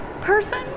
person